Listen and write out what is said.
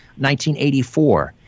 1984